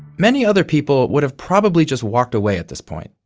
many other people would have probably just walked away at this point.